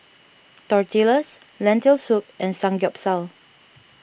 Tortillas Lentil Soup and Samgeyopsal